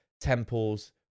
temples